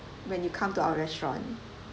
when you come to our restaurant